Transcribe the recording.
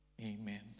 Amen